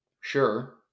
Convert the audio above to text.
sure